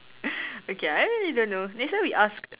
okay I really don't know next time we ask